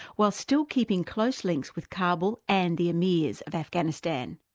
while still keeping close links with kabul and the amirs of afghanistan.